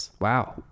Wow